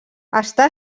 està